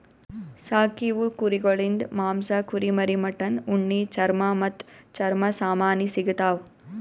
ಸಾಕೀವು ಕುರಿಗೊಳಿಂದ್ ಮಾಂಸ, ಕುರಿಮರಿ, ಮಟನ್, ಉಣ್ಣಿ, ಚರ್ಮ ಮತ್ತ್ ಚರ್ಮ ಸಾಮಾನಿ ಸಿಗತಾವ್